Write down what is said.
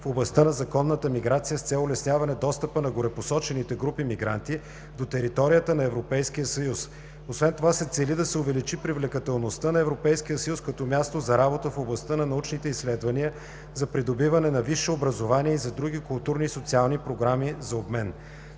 в областта на законната миграция с цел улесняване достъпа на горепосочените групи мигранти до територията на Европейския съюз. Освен това се цели да се увеличи привлекателността на Европейския съюз като място за работа в областта на научните изследвания, за придобиване на висше образование и за други културни и социални програми за обмен.